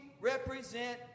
represent